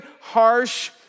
harsh